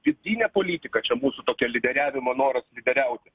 vidinė politika čia mūsų tokia lyderiavimo noras lyderiauti